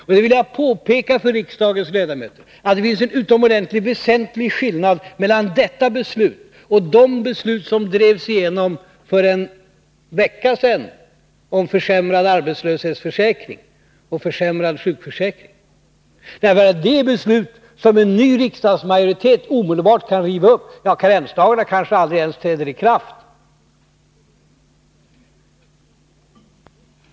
Jag vill påpeka för riksdagens ledamöter att det finns en utomordentligt väsentlig skillnad mellan detta beslut och de beslut som drevs igenom för en vecka sedan om försämrad arbetslöshetsförsäkring och försämrad sjukförsäkring, ty det är beslut som en ny riksdagsmajoritet omedelbart kan riva upp — kanske beslutet om karensdagarna aldrig ens träder i kraft.